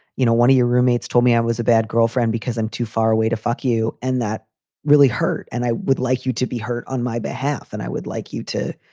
you know, one of your roommates told me i was a bad girlfriend because i'm too far away to fuck you. and that really hurt. and i would like you to be hurt on my behalf. and i would like you to,